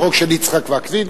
החוק של יצחק וקנין?